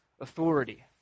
authority